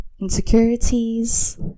insecurities